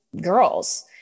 girls